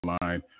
line